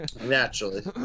Naturally